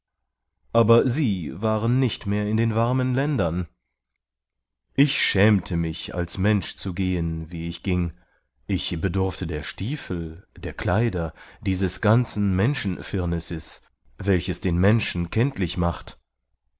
aber sie waren nicht mehr in den warmen länderr ich schämte mich als mensch zu gehen wie ich ging ich bedurfte der stiefel der kleider dieses ganzen menschenfirnisses welches den menschen kenntlich macht